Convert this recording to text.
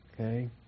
okay